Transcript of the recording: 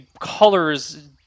colors